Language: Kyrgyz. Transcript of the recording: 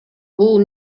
бул